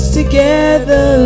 together